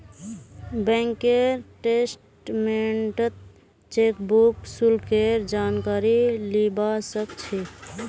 बैंकेर स्टेटमेन्टत चेकबुक शुल्केर जानकारी लीबा सक छी